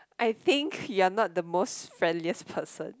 I think you are not the most friendliest person